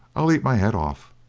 i'll eat my head off.